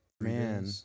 Man